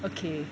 okay